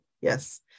yes